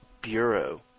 Bureau